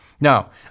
Now